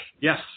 Yes